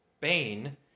Bane